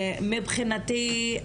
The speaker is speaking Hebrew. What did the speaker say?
מבחינתי,